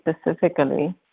specifically